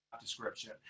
description